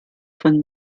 von